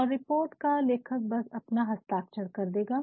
और रिपोर्ट का लेखक बस अपना हस्ताक्षर कर देगा